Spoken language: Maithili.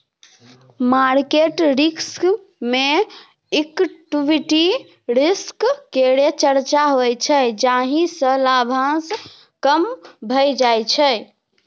मार्केट रिस्क मे इक्विटी रिस्क केर चर्चा होइ छै जाहि सँ लाभांश कम भए जाइ छै